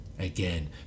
Again